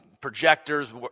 projectors